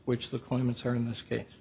which the claimants are in this case